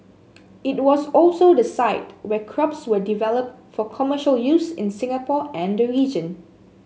it was also the site where crops were developed for commercial use in Singapore and the region